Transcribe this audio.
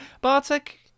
Bartek